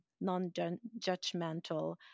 non-judgmental